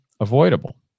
avoidable